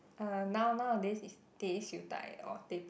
uh now nowadays is teh siew dai or teh peng